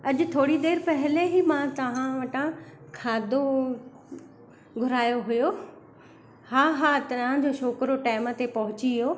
अॼु थोरी देरि पहिरियों ई मां तव्हां वटा खाधो घुरायो हुओ हा हा तव्हांजो छोकिरो टाइम ते पहुची वियो